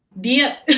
dia